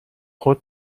خود